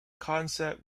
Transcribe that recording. concept